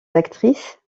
actrices